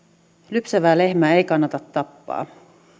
lypsävää lehmää ei kannata tappaa